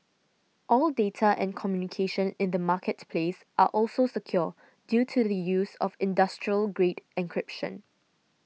all data and communication in the marketplace are also secure due to the use of industrial grade encryption